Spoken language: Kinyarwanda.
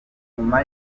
nyuma